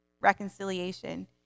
reconciliation